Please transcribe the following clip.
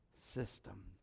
system